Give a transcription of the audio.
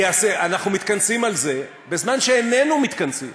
אנחנו מתכנסים על זה בזמן שאיננו מתכנסים